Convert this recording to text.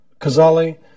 Kazali